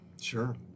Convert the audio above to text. Sure